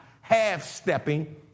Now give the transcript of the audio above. half-stepping